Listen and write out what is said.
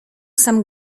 sam